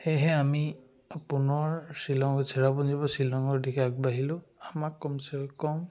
সেয়েহে আমি পুনৰ শ্বিলঙত চেৰাপুঞ্জীৰ পৰা শ্বিলঙৰ দিশে আগবাঢ়িলোঁ আমাক কমচে কম